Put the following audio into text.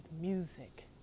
music